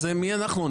אז מי אנחנו?